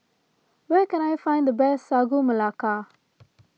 where can I find the best Sagu Melaka